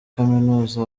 kaminuza